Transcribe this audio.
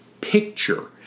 picture